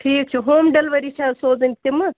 ٹھیٖکھ چھُ home delivery چھِ حَظ سوٗزٕنۍ تِمہٕ